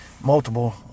multiple